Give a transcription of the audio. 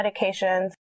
medications